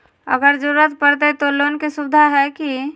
अगर जरूरत परते तो लोन के सुविधा है की?